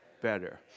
Better